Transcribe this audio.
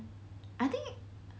I think